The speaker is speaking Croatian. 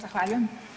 Zahvaljujem.